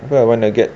apa I wanna get